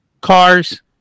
cars